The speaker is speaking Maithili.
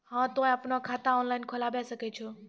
हाँ तोय आपनो खाता ऑनलाइन खोलावे सकै छौ?